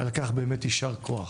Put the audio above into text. על כך באמת ישר כוח.